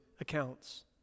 accounts